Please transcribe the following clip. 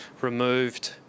removed